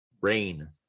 rain